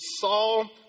Saul